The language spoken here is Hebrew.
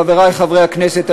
חברי חברי הכנסת,